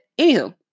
anywho